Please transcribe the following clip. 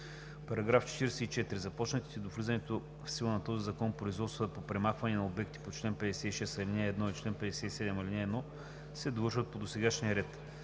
„§ 44. (1) Започнатите до влизането в сила на този закон производства по премахване на обекти по чл. 56, ал. 1 и чл. 57, ал. 1 се довършват по досегашния ред.